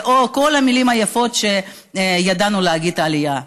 וכל המילים היפות שידענו להגיד על העלייה.